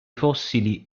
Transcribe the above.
fossili